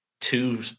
two